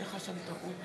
(קוראת בשמות חברי הכנסת)